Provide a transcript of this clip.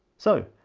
so,